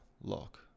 lock